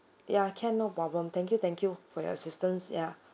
yeah can no problem thank you thank you for your assistance yeah